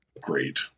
great